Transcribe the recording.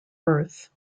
birth